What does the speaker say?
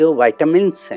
vitamins